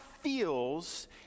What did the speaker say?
feels